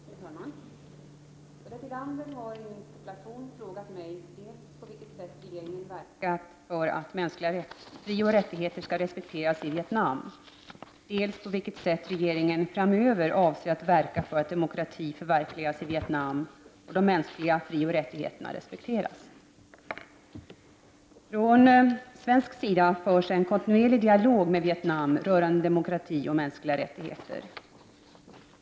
Fru talman! Ulla Tillander har i en interpellation frågat mig dels på vilket sätt regeringen verkat för att mänskliga frioch rättigheter skall respekteras i Vietnam, dels på vilket sätt regeringen framöver avser att verka för att demokrati förverkligas i Vietnam och de mänskliga frioch rättigheterna respekteras. Från svensk sida förs en kontinuerlig dialog med Vietnam rörande demokrati och mänskliga rättigheter.